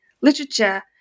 literature